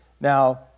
Now